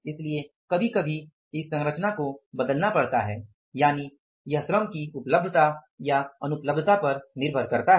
इसलिए हमें कभी कभी इस संरचना को बदलना पड़ता है यानि यह श्रम की उपलब्धता या अनुपलब्धता पर निर्भर करता है